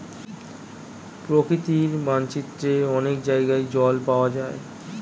প্রকৃতির মানচিত্রে অনেক জায়গায় জল পাওয়া যায়